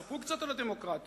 ספרו קצת על הדמוקרטיה,